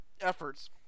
efforts